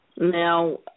Now